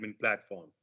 platform